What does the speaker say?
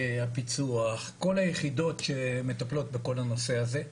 הפיצו"ח - כל היחידות שמטפלות בכל הנושא הזה.